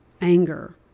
anger